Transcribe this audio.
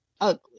ugly